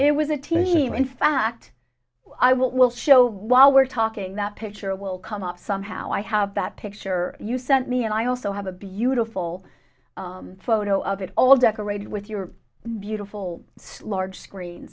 it was a team in fact i will show while we're talking that picture will come up somehow i have that picture you sent me and i also have a beautiful photo of it all decorated with your beautiful large screen